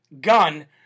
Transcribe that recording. Gun